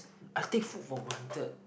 I take food for granted